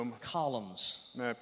Columns